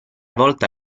volta